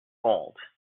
gold